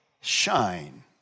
shine